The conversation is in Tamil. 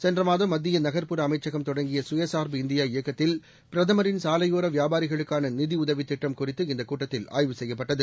சென்ற மாதம் மத்திய நகர்புற அமைச்சகம் தொடங்கிய சுயசார்பு இந்தியா இயக்கத்தில் பிரதமரின் சாலையோர வியாபாரிகளுக்கான நிதியுதவித் திட்டம் குழித்து இந்தக் கூட்டத்தில் ஆய்வு செய்யப்பட்டது